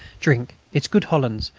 drink. it's good hollands.